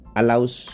allows